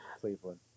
Cleveland